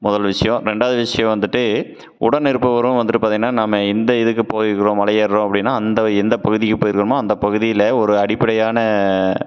முதல் விஷயம் ரெண்டாவது விஷயம் வந்துட்டு உடன் இருப்பவரும் வந்துட்டு பார்த்தீங்கன்னா நம்ம எந்த இதுக்கு போயிருக்குறோம் மலை ஏறுறோம் அப்படின்னா அந்த எந்த பகுதிக்கு போயிருக்கமோ அந்த பகுதியில் ஒரு அடிப்படையான